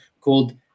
called